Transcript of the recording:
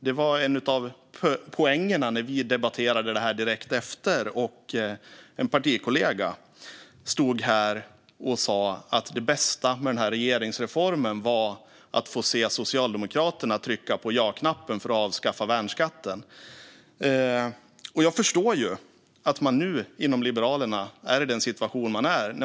Det var en av poängerna när vi debatterade det här direkt efter regeringsbildningen och en partikollega stod här och sa: Det bästa med den här regeringsreformen var att få se Socialdemokraterna trycka på ja-knappen för att avskaffa värnskatten. Jag förstår att man nu inom Liberalerna är i den situation man är.